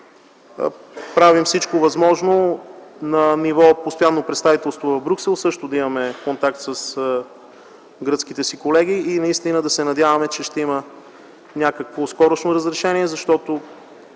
Правим всичко възможно на ниво постоянно представителство в Брюксел също да имаме контакт с гръцките си колеги. Да се надяваме, че ще има някакво скорошно разрешение. Много